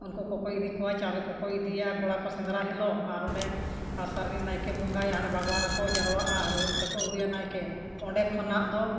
ᱩᱱᱠᱩ ᱠᱚᱠᱚ ᱤᱫᱤ ᱠᱚᱣᱟ ᱪᱟᱣᱞᱮ ᱠᱚᱠᱚ ᱤᱫᱤᱭᱟ ᱠᱚᱲᱟ ᱠᱚ ᱥᱮᱸᱫᱽᱨᱟ ᱦᱤᱞᱳᱜ ᱟᱨ ᱚᱸᱰᱮ ᱟᱥᱟᱨᱤ ᱱᱟᱭᱠᱮ ᱵᱚᱸᱜᱟᱭ ᱦᱟᱸᱰᱮ ᱵᱟᱜᱽᱣᱟᱱ ᱨᱮᱠᱚ ᱡᱟᱣᱨᱟ ᱟᱨ ᱨᱩ ᱨᱩ ᱛᱮᱠᱚ ᱟᱹᱜᱩᱭᱮᱭᱟ ᱱᱟᱭᱠᱮ ᱚᱸᱰᱮ ᱠᱷᱚᱱᱟᱜ ᱫᱚ